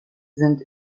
sind